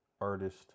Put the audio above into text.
Artist